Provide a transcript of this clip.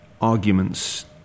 arguments